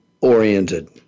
oriented